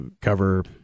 cover